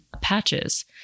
patches